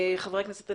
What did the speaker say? חברי הכנסת,